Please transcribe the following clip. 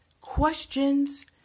questions